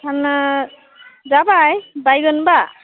फानना जाबाय बायगोन बा